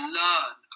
learn